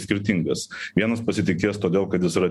skirtingas vienas pasitikės todėl kad jis yra